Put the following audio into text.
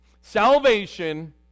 Salvation